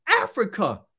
Africa